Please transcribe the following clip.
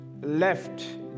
left